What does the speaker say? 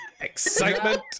Excitement